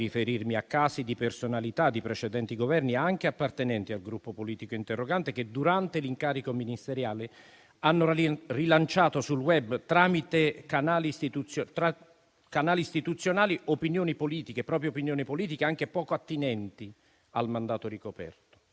di riferirmi a casi di personalità di precedenti Governi, anche appartenenti al Gruppo politico interrogante, che durante l'incarico ministeriale hanno rilanciato sul *web*, tramite canali istituzionali, proprie opinioni politiche, anche poco attinenti al mandato ricoperto.